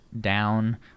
down